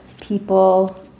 people